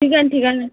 ठीक आहे ठीक आहे ना